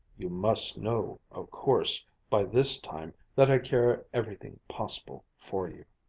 you must know, of course, by this time that i care everything possible for you.